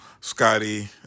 Scotty